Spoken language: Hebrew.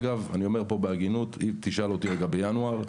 אני אומר פה בהגינות, אם תשאל אותי לגבי ינואר,